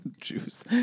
juice